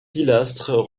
pilastres